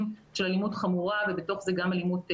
של אלימות חמורה ובתוך זה גם אלימות חברתית.